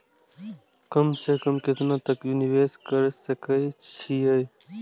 कम से कम केतना तक निवेश कर सके छी ए?